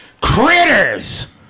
critters